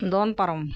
ᱫᱚᱱ ᱯᱟᱨᱚᱢ